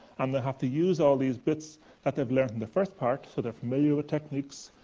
and they have to use all these bits that they've learned in the first part, so they're familiar with techniques,